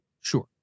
Sure